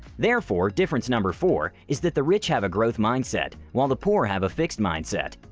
therefore, difference number four is that the rich have a growth mindset while the poor have a fixed mindset.